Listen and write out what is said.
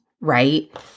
right